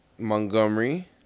Montgomery